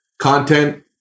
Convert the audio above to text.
content